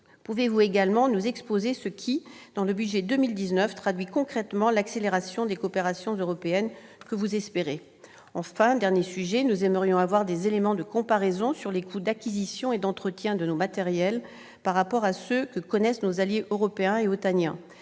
Pouvez-vous également nous exposer ce qui, dans le budget pour 2019, traduit concrètement l'accélération des coopérations européennes que vous espérez ? Enfin, je tiens à évoquer un dernier sujet. Nous aimerions obtenir des éléments de comparaison à propos des coûts d'acquisition et d'entretien de nos matériels, par rapport à ceux que connaissent nos alliés européens et otaniens.